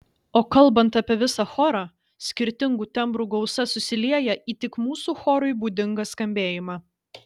o kalbant apie visą chorą skirtingų tembrų gausa susilieja į tik mūsų chorui būdingą skambėjimą